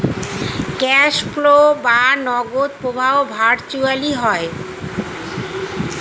cash flow বা নগদ প্রবাহ ভার্চুয়ালি হয়